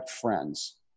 friends